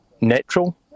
natural